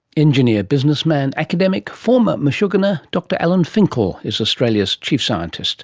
engineer, businessman, academic, former mashugana, dr alan finkel is australia's chief scientist